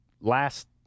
last